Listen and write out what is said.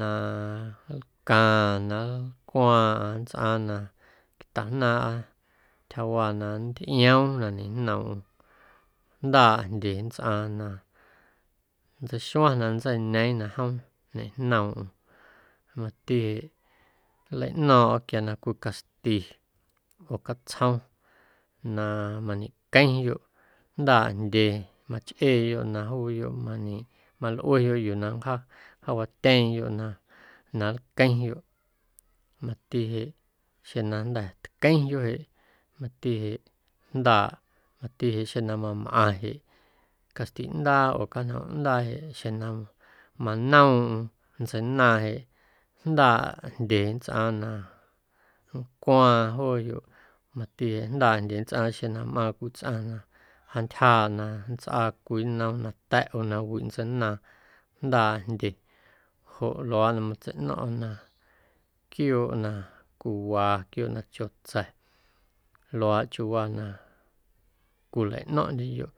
Na nlcaaⁿ na nlcwaaⁿꞌaⁿ nntsꞌaaⁿ na taꞌjnaaⁿꞌa ntyjawaa na nntꞌioom na ñejnoomꞌm jndaaꞌ jndye nntsꞌaaⁿ na nntseixuaⁿ na nntseiñeeⁿ na jom ñejnoomꞌm mati jeꞌ nlaꞌno̱o̱ⁿꞌa quia na cwii caxti oo catsjom na mañequeⁿyoꞌ jndaaꞌ jndye machꞌeeyoꞌ na juuyoꞌ mañeꞌ malꞌueyoꞌ yuu na nncjaa nncjaawatyeeⁿyoꞌ na na nlqueⁿyoꞌ mati jeꞌ xjeⁿ na jnda̱ tqueⁿyoꞌ jeꞌ mati jeꞌ jndaaꞌ mati xeⁿ na mamꞌaⁿ caxtiꞌndaa oo canjomꞌndaa jeꞌ xeⁿ na manoom ntseinaaⁿ jeꞌ jndaaꞌ jndye nntsꞌaaⁿ na nncwaaⁿ jooyoꞌ mati jeꞌ jndaaꞌ jndye nntsꞌaaⁿ xeⁿ na mꞌaaⁿ cwii tsꞌaⁿ na jaantyjaaꞌ na nntsꞌaa cwii nnom nata̱ꞌ oo nawiꞌ ntseinaaⁿ jndaaꞌ jndye joꞌ luaaꞌ na matseiꞌno̱ⁿꞌa na quiooꞌ na cwiwa quiooꞌ na cho tsa̱ luaaꞌ chiuuwaa na cwilaꞌno̱ⁿꞌndyeyoꞌ